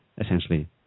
essentially